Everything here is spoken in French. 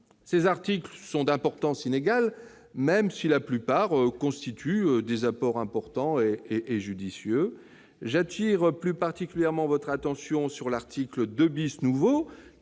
Ces articles sont d'importance inégale, même si la plupart constituent des apports importants et judicieux. Mes chers collègues, j'attire plus particulièrement votre attention sur l'article 2 , qui